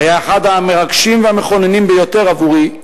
היה אחד המרגשים והמכוננים ביותר עבורי,